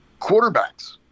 Quarterbacks